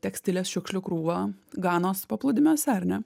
tekstilės šiukšlių krūvą ganos paplūdimiuose ar ne